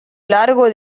largo